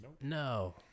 No